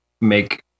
make